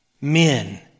men